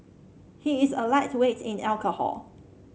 he is a lightweight in alcohol